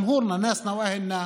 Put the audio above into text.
קשה ולא קל.